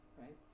right